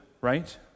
right